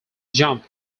jump